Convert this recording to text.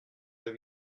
jeux